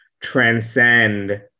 transcend